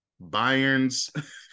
Bayern's